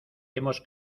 hemos